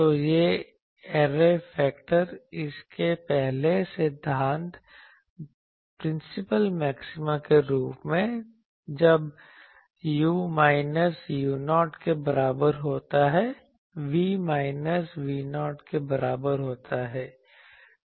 तो ये array factor इसके पहले सिद्धांत मैक्सिमा के रूप में जब u माइनस u0 के बराबर होता है v माइनस v0 के बराबर होता है